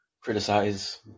criticize